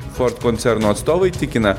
ford koncerno atstovai tikina